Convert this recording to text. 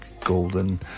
Golden